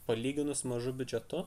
palyginus mažu biudžetu